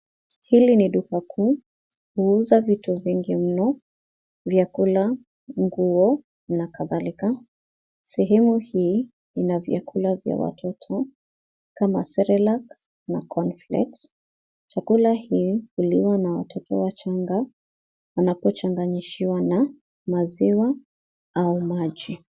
Hili ni duka kuu. huuza vitu vingi mno, vyakula ,nguo na kadhalika. Sehemu hii ina vyakula vya watoto kama sililac na conflex .Chakula hii huliwa na watoto wachanga wanapochanganyishiwa na maziwa au maji.